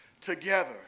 together